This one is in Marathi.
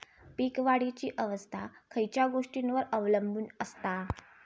पीक वाढीची अवस्था खयच्या गोष्टींवर अवलंबून असता?